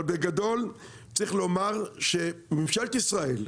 אבל בגדול, צריך לומר שממשלת ישראל,